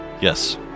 yes